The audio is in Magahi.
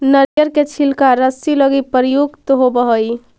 नरियर के छिलका रस्सि लगी प्रयुक्त होवऽ हई